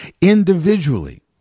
individually